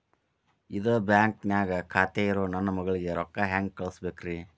ಇದ ಬ್ಯಾಂಕ್ ನ್ಯಾಗ್ ಖಾತೆ ಇರೋ ನನ್ನ ಮಗಳಿಗೆ ರೊಕ್ಕ ಹೆಂಗ್ ಕಳಸಬೇಕ್ರಿ?